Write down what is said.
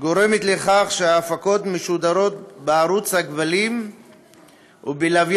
גורמת לכך שההפקות משודרות בערוץ הכבלים ובלוויין